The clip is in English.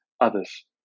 others